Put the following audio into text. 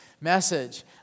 message